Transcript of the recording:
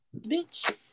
Bitch